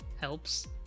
helps